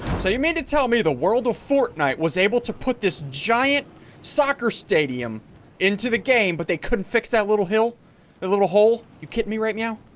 so you mean to tell me the world of fortnight was able to put this giant soccer stadium into the game but they couldn't fix that little hill a little hole you kidding me right now.